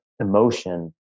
emotion